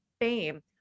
fame